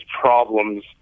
problems